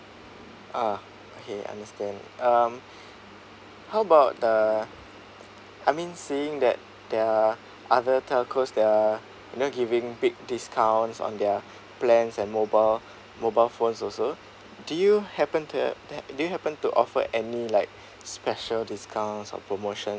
ah okay understand um how about uh I mean seeing there are other telcos they are you know giving big discounts on their plans and mobile mobile phones also do you happen to do you happen to offer any like special discounts or promotions